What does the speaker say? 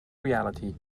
reality